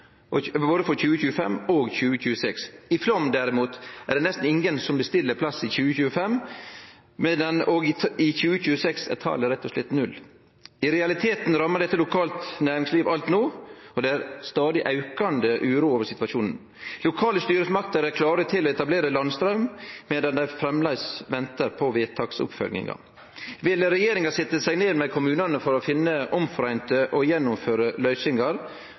I Flåm, derimot, er det nesten ingen som bestiller plass i 2025, og i 2026 er talet rett og slett null. I realiteten rammar dette lokalt næringsliv alt no, og det er stadig aukande uro over situasjonen. Lokale styresmakter er klare til å etablere landstraum medan dei framleis ventar på vedtaksoppfølginga. Vil regjeringa setje seg ned med kommunane for å bli samde om å gjennomføre løysingar,